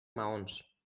maons